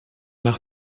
nach